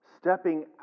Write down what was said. Stepping